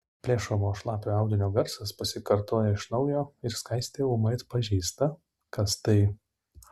plėšomo šlapio audinio garsas pasikartoja iš naujo ir skaistė ūmai atpažįsta kas tai